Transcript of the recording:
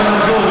כשנחזור,